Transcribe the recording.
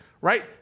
right